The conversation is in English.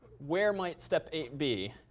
where might step eight be?